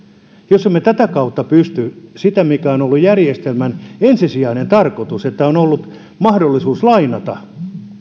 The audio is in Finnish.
jos emme tätä kautta pysty siihen mikä on ollut järjestelmän ensisijainen tarkoitus eli on ollut mahdollisuus lainata